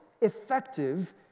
effective